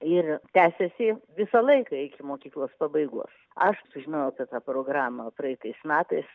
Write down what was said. ir tęsiasi visą laiką iki mokyklos pabaigos aš sužinojau apie tą programą praeitais metais